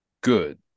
good